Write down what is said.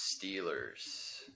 Steelers